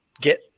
get